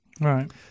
Right